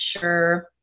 sure